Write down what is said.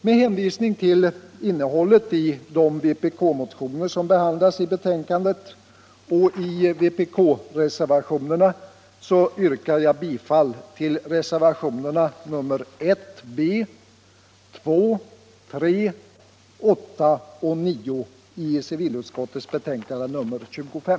Med hänvisning till innehållet i de vpk-motioner som behandlas i betänkandet och i vpk-reservationerna yrkar jag bifall till reservationerna nr 1b, 2, 3, 8 och 9 vid civilutskottets betänkande nr 25.